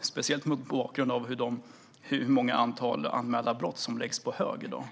särskilt mot bakgrund av hur många anmälda brott som läggs på hög i dag.